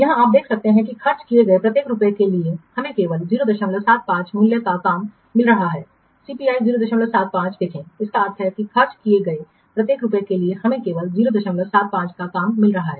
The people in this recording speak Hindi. यहां आप देख सकते हैं कि खर्च किए गए प्रत्येक रुपये के लिए हमें केवल 075 मूल्य का काम मिल रहा है सीपीआई 075 देखें इसका अर्थ है कि खर्च किए गए प्रत्येक रुपये के लिए हमें केवल 075 मूल्य का काम मिल रहा है